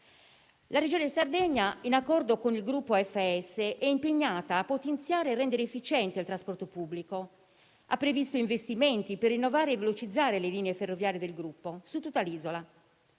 La Regione Sardegna, in accordo con il gruppo FS, è impegnata a potenziare e rendere efficiente il trasporto pubblico. Ha previsto investimenti per rinnovare e velocizzare le linee ferroviarie del gruppo su tutta l'isola.